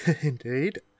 indeed